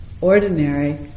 ordinary